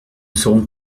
serons